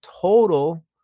total